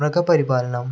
മൃഗപരിപാലനം